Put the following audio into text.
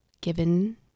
given